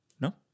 No